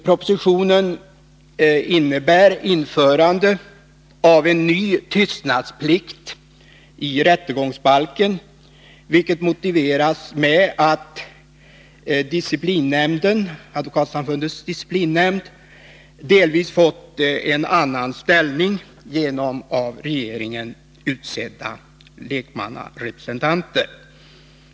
Propositionen innebär införande av en ny tystnadsplikt i rättegångsbalken, vilket motiveras med att advokatsamfundets disciplinnämnd delvis fått en annan ställning genom av regeringen utsedda lekmannarepresentanter.